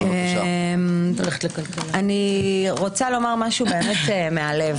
אני רוצה לומר משהו מהלב.